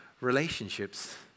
relationships